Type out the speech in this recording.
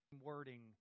wording